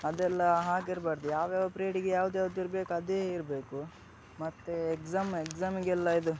ಅದೆಲ್ಲ ಹಾಗಿರಬಾರ್ದು ಯಾವ್ಯಾವ ಪಿರ್ಡಿಗೆ ಯಾವ್ದ್ಯಾವ್ದಿರ್ಬೇಕು ಅದೇ ಇರಬೇಕು ಮತ್ತು ಎಕ್ಸಾಮ್ ಎಕ್ಸಾಮಿಗೆಲ್ಲ ಇದು